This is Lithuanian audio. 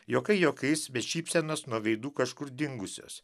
juokai juokais bet šypsenos nuo veidų kažkur dingusios